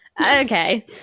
Okay